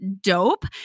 dope